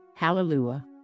Hallelujah